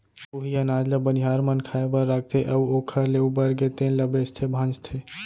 उहीं अनाज ल बनिहार मन खाए बर राखथे अउ ओखर ले उबरगे तेन ल बेचथे भांजथे